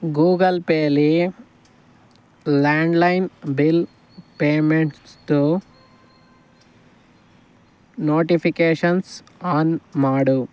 Google ಪೇಲಿ landline bill ಪೇಮೆಂಟ್ಸ್ದು notifications on ಮಾಡು